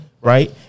right